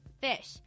fish